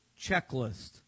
checklist